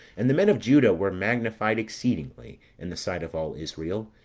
and the men of juda were magnified exceedingly in the sight of all israel,